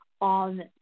on